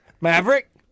Maverick